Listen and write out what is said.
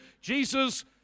Jesus